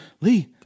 Lee